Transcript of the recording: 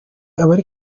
abari